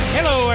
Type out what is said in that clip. Hello